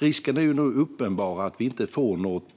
Risken är uppenbar att det inte blir något